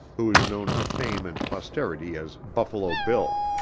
who is known to fame and posterity as buffalo bill.